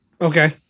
Okay